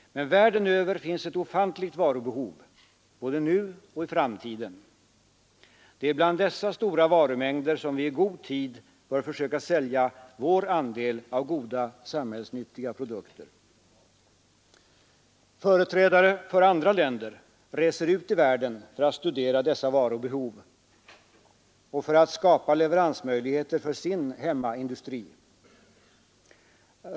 Men världen över finns ett ofantligt varubehov — både nu och i framtiden. Det är bland dessa stora varumängder som vi i god tid bör försöka sälja vår andel av goda, samhällsnyttiga produkter. Företrädare för andra länder reser ut i världen för att studera dessa varubehov och för att skapa leveransmöjligheter för sin hemmaindustri.